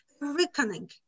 reckoning